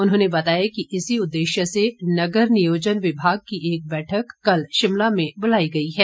उन्होंने बताया कि इसी उद्देश्य से नगर नियोजन विभाग की एक बैठक कल शिमला में बुलाई गई है